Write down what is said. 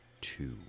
two